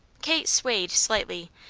kate swayed slightly,